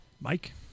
Mike